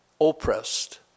oppressed